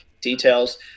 details